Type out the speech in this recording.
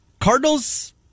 cardinals